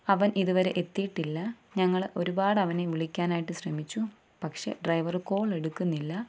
അവൻ ഇതുവരെ എത്തിയിട്ടില്ല ഞങ്ങള് ഒരുപാടവനെ വിളിക്കാനായിട്ട് ശ്രമിച്ചു പക്ഷേ ഡ്രൈവര് കോള് എടുക്കുന്നില്ല